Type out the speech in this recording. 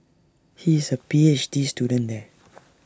he is A P H D student there